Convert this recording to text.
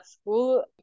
school